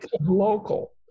local